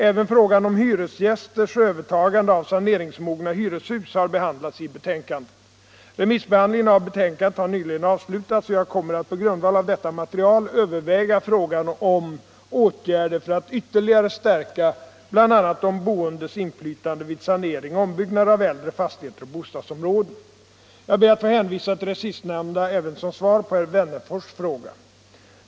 Även frågan om hyresgästers övertagande av saneringsmogna hyreshus har behandlats i betänkandet. Remissbehandlingen av betänkandet har nyligen avslutats, och jag kommer att på grundval av detta material överväga frågan om åtgärder för att ytterligare stärka bl.a. de boendes inflytande vid sanering och ombyggnader av äldre fastigheter och bostadsområden. Jag ber att få hänvisa till det sistnämnda även som svar på herr Wennerfors fråga.